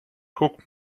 guck